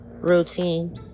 routine